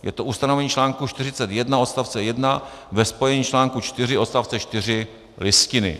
Je to ustanovení článku 41 odst. 1 ve spojení s článkem 4 odst. 4 Listiny.